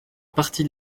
parti